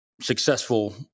successful